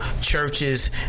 churches